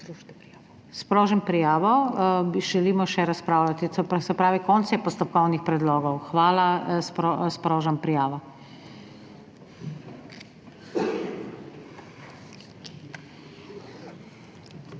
Sprožim prijavo, želimo še razpravljati. Konec je postopkovnih predlogov. Hvala. Sprožam prijavo.